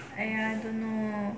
!aiya! I don't know